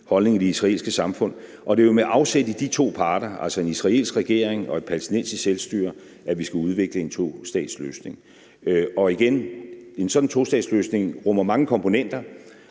holdning i det israelske samfund, og det er med afsæt i de to parter, altså en israelsk regering og et palæstinensisk selvstyre, vi skal udvikle en tostatsløsning. Igen vil jeg også sige, at en sådan tostatsløsning rummer mange komponenter,